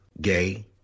gay